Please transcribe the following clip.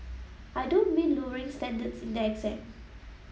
I don't mean lowering standards in the exam